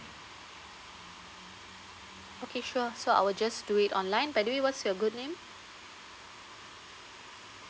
okay sure so I will just do it online by the way what's your good name